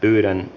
kannatan